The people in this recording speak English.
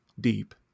deep